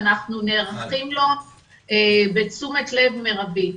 ואנחנו נערכים לו בתשומת לב מרבית.